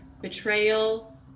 betrayal